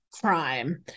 crime